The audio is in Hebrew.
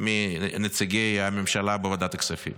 מנציגי הממשלה בוועדת הכספים: